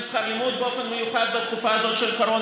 שכר לימוד באופן מיוחד בתקופה הזאת של קורונה.